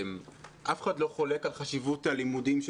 אף אחד לא חולק על חשיבות הלימודים של